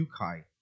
yukai